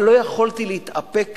אבל לא יכולתי להתאפק